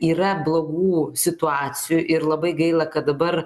yra blogų situacijų ir labai gaila kad dabar